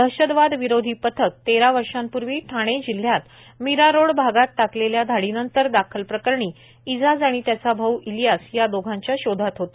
दहशतवाद विरोधी पथक तेरा वर्षापूर्वी ठाणे जिल्ह्यात मीरा रोड भागात टाकलेल्या धाडीनंतर दाखल प्रकरणीए इजाज आणि त्याचा भाऊ इलियास या दोघांच्या शोधात होते